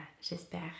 j'espère